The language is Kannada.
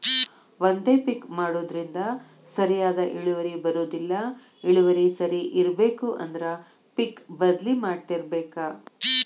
ಒಂದೇ ಪಿಕ್ ಮಾಡುದ್ರಿಂದ ಸರಿಯಾದ ಇಳುವರಿ ಬರುದಿಲ್ಲಾ ಇಳುವರಿ ಸರಿ ಇರ್ಬೇಕು ಅಂದ್ರ ಪಿಕ್ ಬದ್ಲಿ ಮಾಡತ್ತಿರ್ಬೇಕ